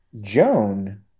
Joan